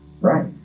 Right